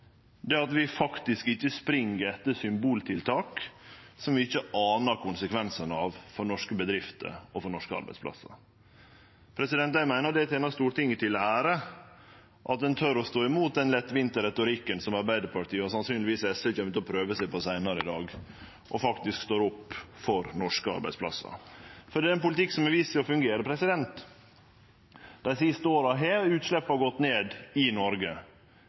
er at vi spring faktisk ikkje etter symboltiltak som vi ikkje anar konsekvensane av for norske bedrifter og arbeidsplassar. Eg meiner det tener Stortinget til ære at ein tør å stå imot den lettvinne retorikken som Arbeidarpartiet og sannsynlegvis SV kjem til å prøve seg på seinare i dag, og faktisk står opp for norske arbeidsplassar. Det er ein politikk som har vist seg å fungere. Dei siste åra har utsleppa gått ned i Noreg